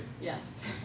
yes